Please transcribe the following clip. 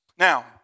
Now